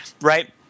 right